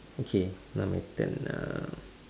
okay now my turn uh